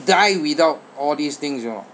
die without all these things you know